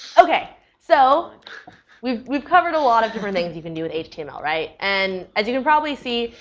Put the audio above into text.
ok, so we've we've covered a lot of different things you can do with html, right? and as you can probably see,